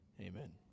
Amen